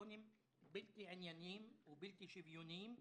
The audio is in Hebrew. קריטריונים בלתי ענייניים ובלתי שוויוניים.